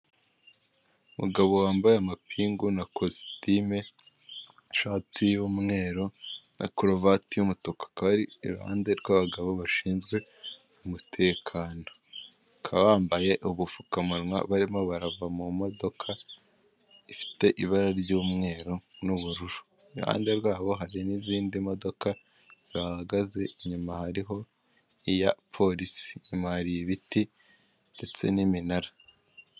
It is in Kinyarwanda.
Umugabo wambaye amapingu na kositimu, ishati y'umweru na karuvati y'umutuku, akaba ari iruhande rw'abagabo bashinzwe umutekano, bakaba bambaye abupfukamunwa barimo barava mu modoka ifite ibara ry'umweru n'ubururu, iruhande rwabo hari n'izindi modoka zihahagaze, inyuma hariho iya polisi. inyuma hari ibiti ndetse n'iminara.